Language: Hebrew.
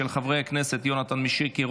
של חברי הכנסת יונתן מישרקי,